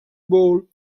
bowl